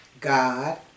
God